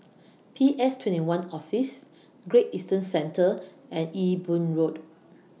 P S twenty one Office Great Eastern Centre and Ewe Boon Road